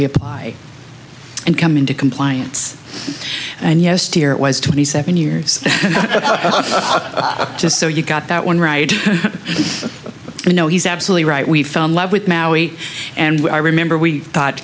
reapply and come into compliance and yes dear it was twenty seven years just so you got that one right you know he's absolutely right we fell in love with maui and i remember we thought